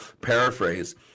paraphrase